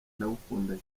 ndagukunda